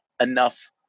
enough